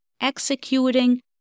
executing